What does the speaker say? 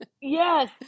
Yes